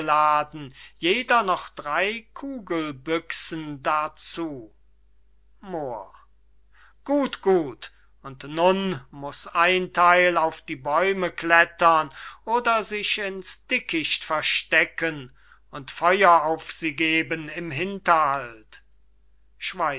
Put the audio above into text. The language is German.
jeder noch drey kugelbüchsen darzu moor gut gut und nun muß ein theil auf die bäume klettern oder sich in's dickicht verstecken und feuer auf sie geben im hinterhalt